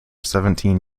seventeen